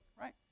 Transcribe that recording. right